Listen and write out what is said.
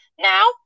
now